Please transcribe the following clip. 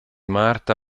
marta